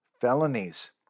felonies